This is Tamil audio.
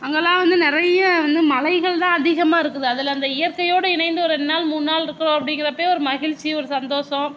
அங்கேலாம் வந்து நிறைய வந்து மலைகள் தான் அதிகமாக இருக்குது அதில் அந்த இயற்கையோடு இணைந்து ஒரு ரெண்டு நாள் மூணு நாள் இருக்கிறோம் அப்படிங்கிறப்பையே ஒரு மகிழ்ச்சி ஒரு சந்தோஷம்